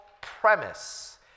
premise